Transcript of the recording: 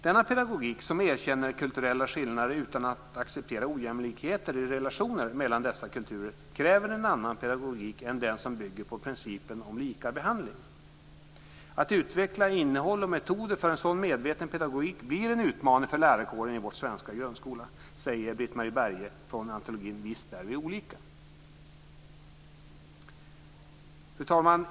Denna pedagogik som erkänner kulturella skillnader utan att acceptera ojämlikheter i relationer mellan dessa kulturer kräver en annan pedagogik än den som bygger på principen om lika behandling. Att utveckla innehåll och metoder för en sådan medveten pedagogik blir en utmaning för lärarkåren i vår svenska grundskola, säger Britt-Marie Berge i antologin Visst är vi olika. Fru talman!